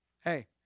Hey